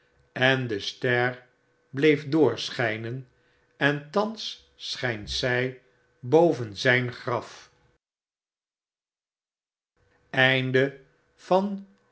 en de ster bleef doorschynen en thans schynt zy boven zyn graf